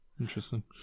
Interesting